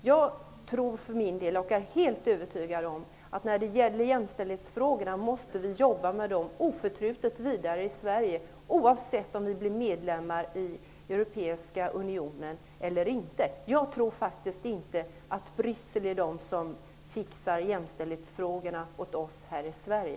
Jag är helt övertygad om att vi i Sverige oförtrutet måste jobba vidare med jämställdhetsfrågorna, oavsett om vi blir medlemmar i Europeiska unionen eller inte. Jag tror faktiskt inte att Bryssel fixar jämställdhetsfrågorna åt oss här i Sverige.